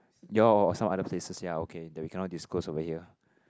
your of some other places ya okay that we cannot disclose over here